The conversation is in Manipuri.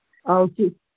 ꯑꯧ